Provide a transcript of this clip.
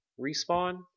respawn